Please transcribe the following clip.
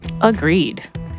Agreed